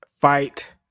fight